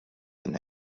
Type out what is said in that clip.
been